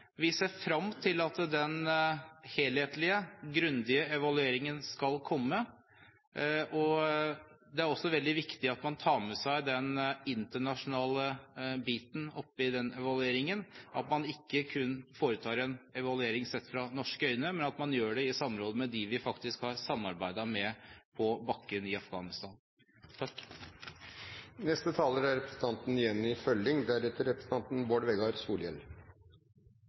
Vi ser frem til at den helhetlige, grundige evalueringen skal komme. Det er også veldig viktig at man tar med seg den internasjonale biten i den evalueringen, at man ikke foretar en evaluering sett kun med norske øyne, men at man gjør det i samråd med dem vi faktisk har samarbeidet med på bakken i Afghanistan. Dei som har lidd dei største offera i Afghanistan, er